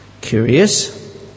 Curious